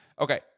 Okay